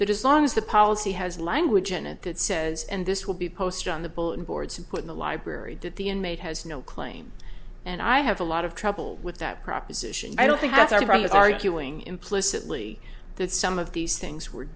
that as long as the policy has language in it that says and this will be posted on the bulletin boards and put in the library that the inmate has no claim and i have a lot of trouble with that proposition i don't think that iran is arguing implicitly that some of these things were